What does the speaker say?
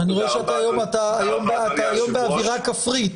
תודה רבה אדוני היושב-ראש